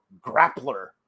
grappler